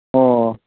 ꯑꯣ